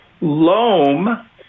Loam